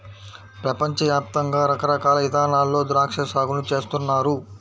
పెపంచ యాప్తంగా రకరకాల ఇదానాల్లో ద్రాక్షా సాగుని చేస్తున్నారు